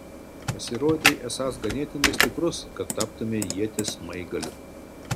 pasirodei esąs ganėtinai stiprus kad taptumei ieties smaigaliu